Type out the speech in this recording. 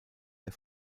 der